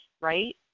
right